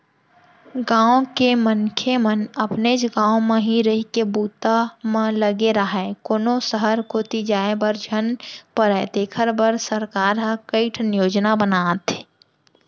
गाँव के मनखे मन अपनेच गाँव म ही रहिके बूता म लगे राहय, कोनो सहर कोती जाय बर झन परय तेखर बर सरकार ह कइठन योजना बनाथे